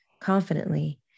confidently